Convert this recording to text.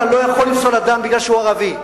אתה לא יכול לפסול אדם כי הוא ערבי.